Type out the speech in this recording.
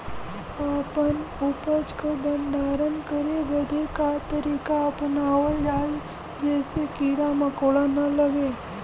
अपना उपज क भंडारन करे बदे का तरीका अपनावल जा जेसे कीड़ा मकोड़ा न लगें?